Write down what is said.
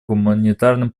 гуманитарным